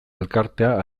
elkarteak